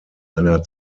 einer